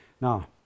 now